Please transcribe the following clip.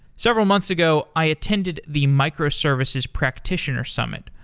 several months ago, i attended the microservices practitioners summit,